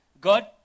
God